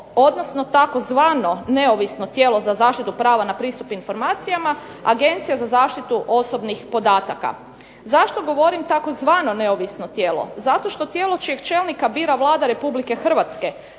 odnosno tzv. neovisno tijelo za zaštitu prava na pristup informacijama, Agencija za zaštitu osobnih podataka. Zašto govorim tzv. neovisno tijelo? Zato što tijelo čijeg čelnika bira Vlada Republike Hrvatske